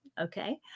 okay